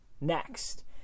Next